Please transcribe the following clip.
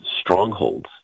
strongholds